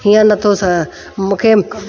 हीअं नथो स मूंखे